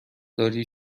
داری